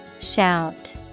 Shout